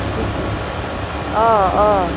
बिदि बिदि अ अ